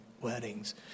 weddings